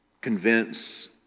convince